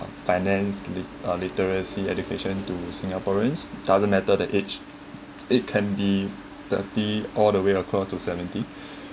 financed lit~ uh literacy education to singaporeans doesn't matter the age it can be thirty all the way across to seventy